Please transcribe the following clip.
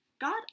God